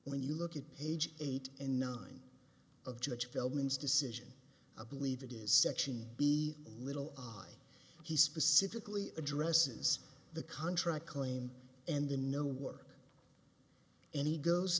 when you look at page eight and nine of judge feldman's decision a believe it is section b little i he specifically addresses the contract claim and the no work and he goes